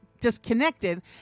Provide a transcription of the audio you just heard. disconnected